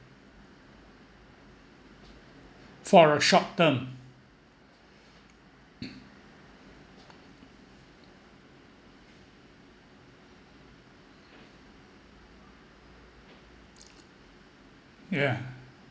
for a short term yeah